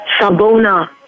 Sabona